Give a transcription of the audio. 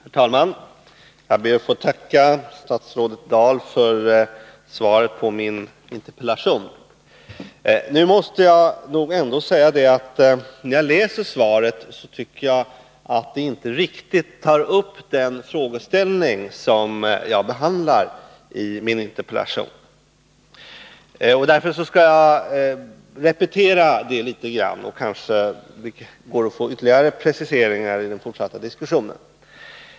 Herr talman! Jag ber att få tacka statsrådet Dahl för svaret på min interpellation. Jag tycker inte att svaret riktigt tar upp den frågeställning som jag behandlar i min interpellation. Därför skall jag repetera litet grand. Det går kanske att få ytterligare preciseringar i den fortsatta diskussionen.